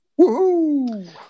Woohoo